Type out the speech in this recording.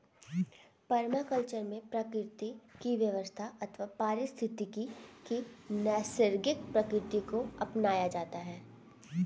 permaculture में प्रकृति की व्यवस्था अथवा पारिस्थितिकी की नैसर्गिक प्रकृति को अपनाया जाता है